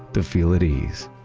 to feel at ease,